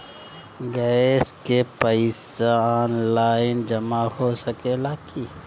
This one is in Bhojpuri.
गैस के पइसा ऑनलाइन जमा हो सकेला की?